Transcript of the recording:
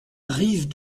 rives